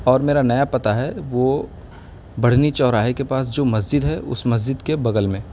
اور میرا نیا پتا ہے وہ بڑھنی چوراہے کے پاس جو مسجد ہے اس مسجد کے بغل میں